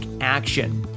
action